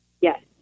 yes